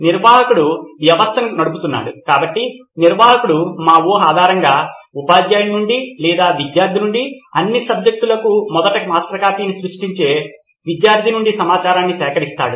నిర్వాహకుడు వ్యవస్థను నడుపుతున్నాడు కాబట్టి నిర్వాహకుడు మా ఊహ ఆధారంగా ఉపాధ్యాయుడి నుండి లేదా విద్యార్థి నుండి అన్ని సబ్జెక్టులకు మొదటి మాస్టర్ కాపీని సృష్టించే విద్యార్థి నుండి సమాచారాన్ని సేకరిస్తాడు